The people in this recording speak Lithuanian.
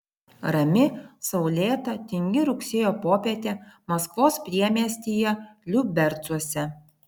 rami saulėta tingi rugsėjo popietė maskvos priemiestyje liubercuose